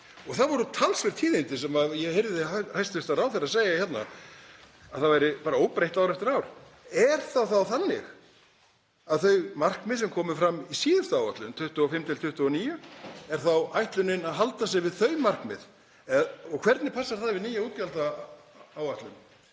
og það voru talsverð tíðindi sem ég heyrði hæstv. ráðherra segja hérna, að það væri bara óbreytt ár eftir ár. Er það þá þannig að þau markmið sem komu fram í síðustu áætlun, 2025–2029 — er þá ætlunin að halda sig við þau markmið? Og hvernig passar það við nýja útgjaldaáætlun